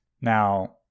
Now